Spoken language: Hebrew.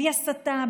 בלי הסתה,